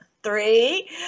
Three